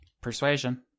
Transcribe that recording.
Persuasion